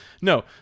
No